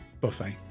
buffet